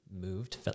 moved